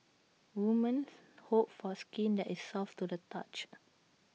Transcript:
women hope for skin that is soft to the touch